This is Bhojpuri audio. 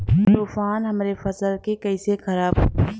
तूफान हमरे फसल के कइसे खराब करी?